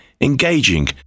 engaging